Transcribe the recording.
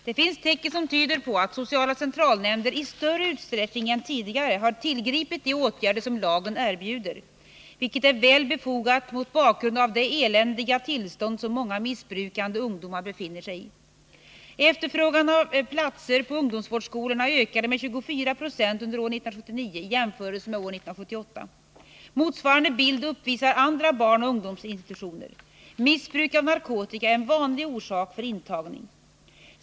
Det finns tecken som tyder på att sociala centralnämnderna i större utsträckning än tidigare har tillgripit de åtgärder som lagen erbjuder, vilket är väl befogat mot bakgrund av det eländiga tillstånd som många missbrukande ungdomar befinner sig i. Efterfrågan på platser på ungdomsvårdsskolorna ökade med 24 96 under år 1979 i jämförelse med år 1978. Motsvarande bild uppvisar andra barnoch ungdomsinstitutioner. Missbruk av narkotika är en vanlig orsak för intagning.